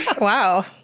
Wow